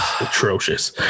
atrocious